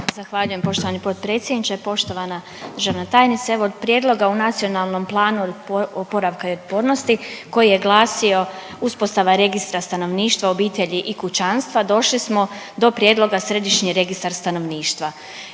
Zahvaljujem poštovani potpredsjedniče. Poštovana državna tajnice, evo od prijedloga u nacionalnom planu oporavka i otpornosti koji je glasio uspostava registra stanovništva, obitelji i kućanstva, došli smo do prijedloga središnji registar stanovništva.